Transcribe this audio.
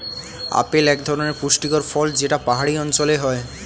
apple এক ধরনের পুষ্টিকর ফল যেটা পাহাড়ি অঞ্চলে হয়